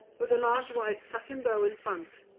with a large white satin bow in front,